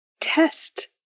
test